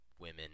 women